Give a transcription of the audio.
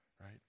right